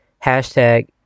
hashtag